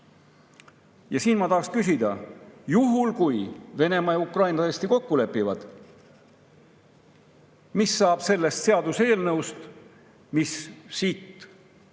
Ja siin ma tahaksin küsida: juhul kui Venemaa ja Ukraina tõesti kokku lepivad, mis saab sellest seaduseelnõust, mis siin